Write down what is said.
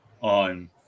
on